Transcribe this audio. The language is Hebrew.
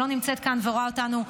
שלא נמצאת כאן ורואה אותנו בחו"ל,